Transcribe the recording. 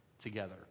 together